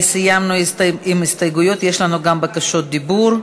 סיימנו עם ההסתייגויות, יש לנו גם בקשות דיבור.